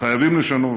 חייבים לשנות,